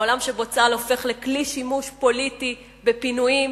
מעולם שבו צה"ל הופך לכלי שימוש פוליטי בפינויים,